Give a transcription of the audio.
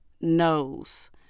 knows